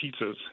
pizzas